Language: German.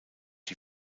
die